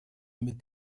mit